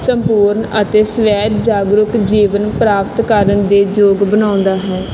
ਸੰਪੂਰਨ ਅਤੇ ਸਵੈ ਜਾਗਰੂਕ ਜੀਵਨ ਪ੍ਰਾਪਤ ਕਰਨ ਦੇ ਯੋਗ ਬਣਾਉਂਦਾ ਹੈ